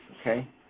okay